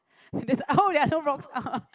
there's !oh! there are no rocks up